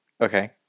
okay